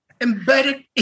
embedded